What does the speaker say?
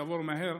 שתעבור מהר,